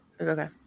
Okay